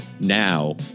Now